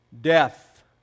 death